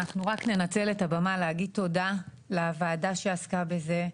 אנחנו רק ננצל את הבמה להגיד תודה לוועדה שעסקה בזה,